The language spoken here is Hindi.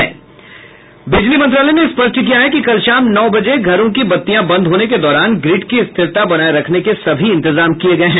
बिजली मंत्रालय ने स्पष्ट किया है कि कल शाम नौ बजे घरों की बत्तियां बंद होने के दौरान ग्रिड की स्थिरता बनाए रखने के सभी इंतजाम किए गए हैं